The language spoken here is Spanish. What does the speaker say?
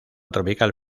tropical